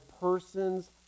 person's